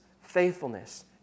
faithfulness